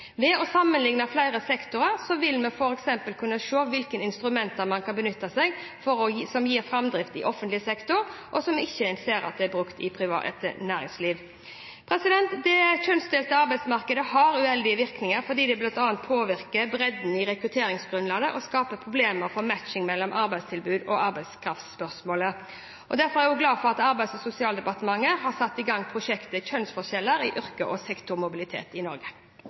Ved å sammenligne flere sektorer vil vi f.eks. kunne se hvilke instrumenter man kan benytte seg av som gir framdrift i offentlig sektor, og som en ikke ser brukt i det private næringsliv. Det kjønnsdelte arbeidsmarkedet har uheldige virkninger fordi det bl.a. påvirker bredden i rekrutteringsgrunnlaget og kan skape problemer for matching mellom arbeidstilbud og arbeidskraftetterspørsel. Derfor er jeg glad for at Arbeids- og sosialdepartementet har satt i gang prosjektet Kjønnsforskjeller i yrkes- og sektormobilitet i Norge.